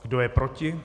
Kdo je proti?